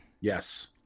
Yes